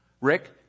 Rick